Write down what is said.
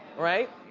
right?